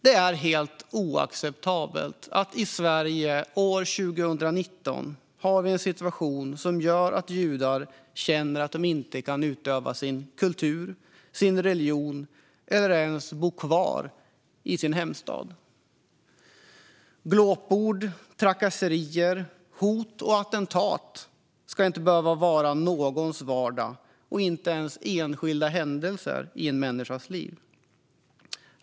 Det är helt oacceptabelt att vi i Sverige år 2019 har en situation som gör att judar känner att de inte kan utöva sin kultur och sin religion eller ens bo kvar i sin hemstad. Glåpord, trakasserier, hot och attentat ska inte behöva vara någons vardag, inte ens enskilda händelser i en människas liv.